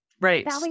Right